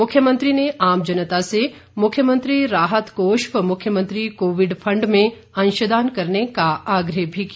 मुख्यमंत्री ने आम जनता से मुख्यमंत्री राहत कोष व मुख्यमंत्री कोविड फंड में अंशदान करने का आग्रह भी किया